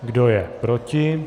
Kdo je proti?